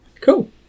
Cool